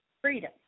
freedom